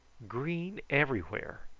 green everywhere,